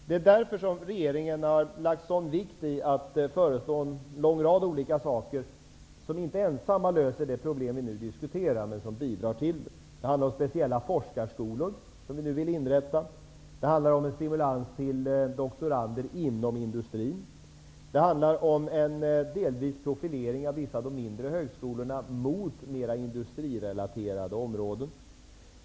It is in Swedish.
Det är därför regeringen har lagt en sådan vikt vid att föreslå en lång rad olika saker, vilka inte ensamma löser de problem vi nu diskuterar, men som bidrar till en lösning. Det handlar om de speciella forskarskolor som vi vill inrätta, stimulans till doktorander inom industrin och delvis om en profilering av vissa av de mindre högskolorna mot mer industrirelaterade områden.